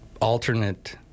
alternate